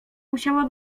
musiała